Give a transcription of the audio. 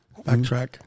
backtrack